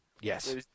Yes